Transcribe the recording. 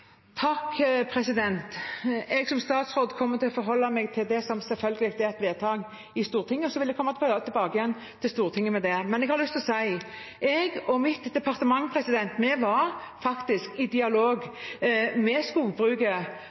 Jeg som statsråd kommer selvfølgelig til å forholde meg til det som er et vedtak i Stortinget, og jeg vil komme tilbake til Stortinget med det. Men jeg har lyst til å si: Jeg og mitt departement var faktisk i dialog med skogbruket